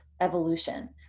evolution